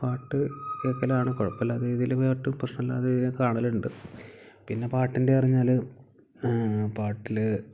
പാട്ടു കേൾക്കലാണ് കുഴപ്പമില്ലാതെ ഇതിൽ കേട്ട് പ്രശ്നമില്ലാതെ കാണലുണ്ട് പിന്നെ പാട്ടിൻ്റെ അറിഞ്ഞാൽ പാട്ടിൽ